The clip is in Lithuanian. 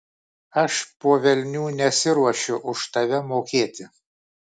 aš po velnių nesiruošiu už tave mokėti